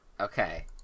Okay